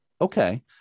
Okay